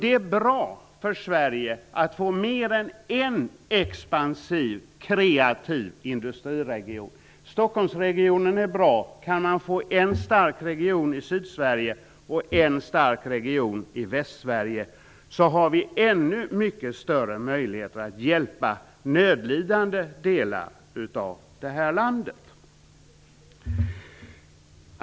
Det är bra för Sverige att få mer än en expansiv, kreativ industriregion. Stockholmsregionen är bra. Kan vi få en stark region i Sydsverige och en stark region i Västsverige har vi ännu större möjligheter att hjälpa nödlidande delar av det här landet.